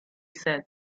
said